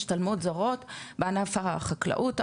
משתלמות זרות בענף החקלאות,